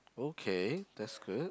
okay that's good